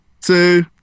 two